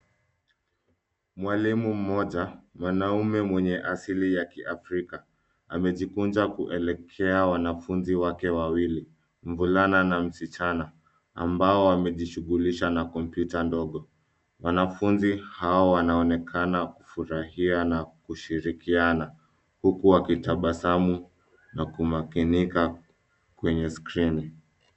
Mwalimu mmoja, mwanaume mwenye asili ya kiafrika amejikunja kuelekea wanafunzi wake wawili, mvulana na msichana ambao wamejishughulisha na kompyuta ndogo. Wanafunzi hao wanaonekana kufurahia na kushirikiana huku wakitabasamu na kumakinika kwenye skrini.